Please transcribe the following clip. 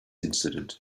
incident